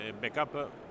backup